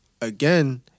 Again